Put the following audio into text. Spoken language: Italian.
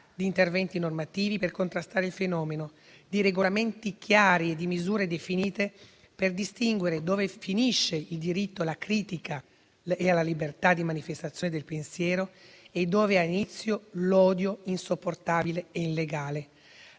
di interventi normativi per contrastare il fenomeno e la necessità di regolamenti chiari e di misure definite per distinguere dove finisce il diritto alla critica e alla libertà di manifestazione del pensiero e dove ha inizio l'odio insopportabile e illegale.